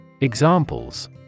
Examples